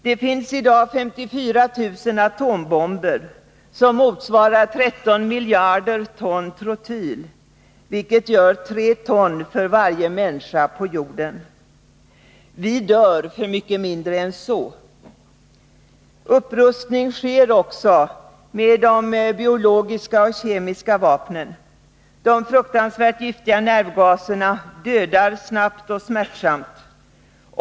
Det finns i dag 54 000 atombomber, och de motsvarar 13 miljarder ton trotyl, vilket gör 3 ton för varje människa på jorden. Vi dör för mycket mindre än så. Upprustning sker också med biologiska och kemiska vapen. De fruktansvärt giftiga nervgaserna dödar snabbt och smärtsamt.